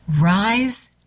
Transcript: rise